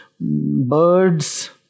birds